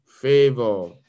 favor